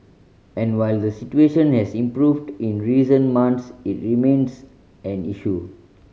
and while the situation has improved in recent months it remains an issue